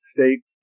State